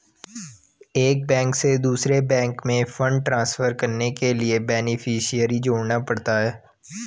एक बैंक से दूसरे बैंक में फण्ड ट्रांसफर करने के लिए बेनेफिसियरी जोड़ना पड़ता है